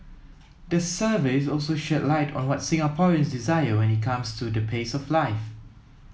the survey also shed light on what Singaporeans desire when it comes to the pace of life